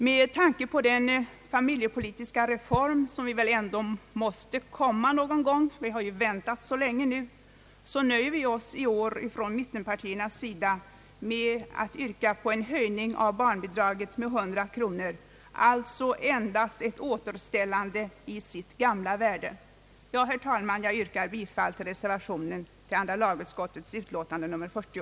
Med tanke på den familjepolitiska reform som väl ändå måste komma någon gång — vi har ju väntat så länge nu — nöjer vi oss inom mittenpartierna med att yrka på en höjning av barnbidraget med 100 kronor, alltså endast ett återställande till dess gamla värde. Jag yrkar, herr talman, bifall till reservationen vid andra lagutskottets utlåtande nr 40.